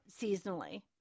seasonally